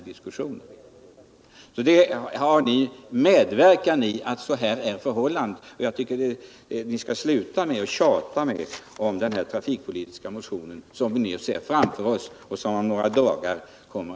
Ni har medverkat till de nuvarande förhållandena, och jag tycker att ni skall sluta med att tjata om den trafikpolitiska propositionen, som kommer att offentliggöras om några dagar.